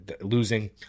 losing